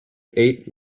eight